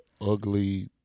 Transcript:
Ugly